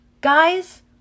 Guys